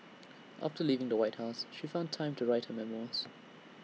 after leaving the white house she found time to write her memoirs